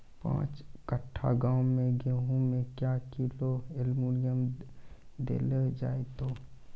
पाँच कट्ठा गांव मे गेहूँ मे क्या किलो एल्मुनियम देले जाय तो?